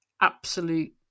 absolute